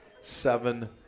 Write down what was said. seven